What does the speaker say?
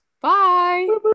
Bye